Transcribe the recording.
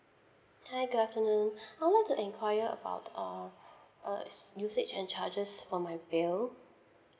hi good afternoon I would like to inquire about uh uh usage and charges for my bill